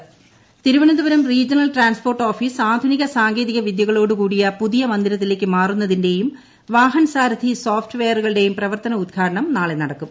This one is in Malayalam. Vahan Sarathi Thiruvananthapuram regional transport office ആധുനിക സാങ്കേതിക വിദ്യകളോടുകൂടിയ പുതിയ മന്ദിരത്തിലേക്ക് മാറുന്നതിന്റേയും വാഹൻസാരഥി സോഫ്റ്റ് വെയറുകളുടെയും പ്രവർത്തന ് ഉദ്ഘാടനം നാളെ നടക്കും